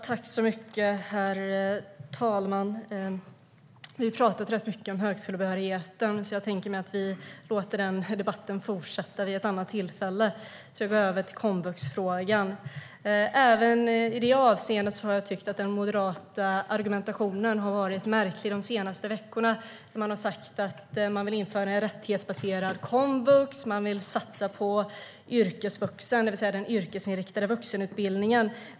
Herr talman! Vi har pratat rätt mycket om högskolebehörigheten, så jag tänker mig att vi låter den debatten fortsätta vid ett annat tillfälle. Jag går över till komvuxfrågan. Även i det avseendet har jag tyckt att den moderata argumentationen har varit märklig de senaste veckorna. Man har sagt att man vill införa rättighetsbaserad komvux. Man vill satsa på yrkesvux, det vill säga den yrkesinriktade vuxenutbildningen.